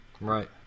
Right